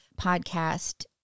podcast